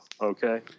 Okay